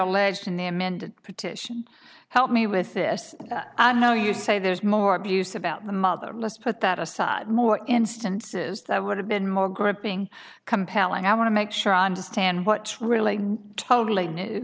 amended petition help me with this i know you say there's more abuse about the mother let's put that aside more instances that would have been more gripping compelling i want to make sure i understand what's really totally new